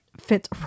fits